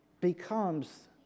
becomes